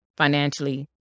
financially